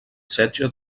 setge